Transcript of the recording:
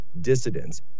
dissidents